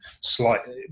slightly